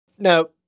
Now